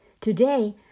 Today